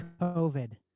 covid